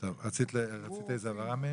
רצית הבהרה מהם?